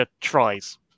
tries